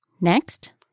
Next